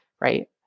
Right